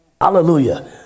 Hallelujah